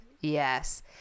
Yes